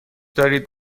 دارید